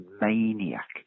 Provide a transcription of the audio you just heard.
maniac